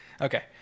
Okay